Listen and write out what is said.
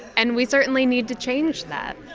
and we certainly need to change that.